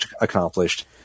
accomplished